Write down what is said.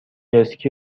اسکی